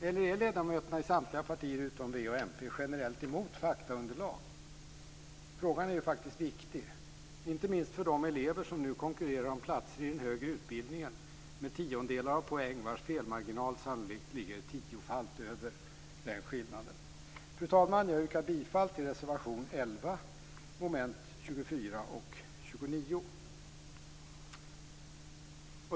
Eller är ledamöterna i samtliga partier utom i Vänsterpartiet och Miljöpartiet generellt emot faktaunderlag? Frågan är ju faktiskt viktig, inte minst för de elever som nu konkurrerar om platser i den högre utbildningen med tiondelar av poäng, vilkas felmarginal sannolikt ligger tiofalt över den skillnaden. Fru talman! Jag yrkar bifall till reservation 11 under mom. 24 och mom. 29.